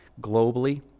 Globally